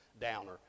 downer